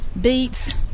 beets